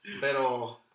Pero